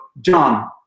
John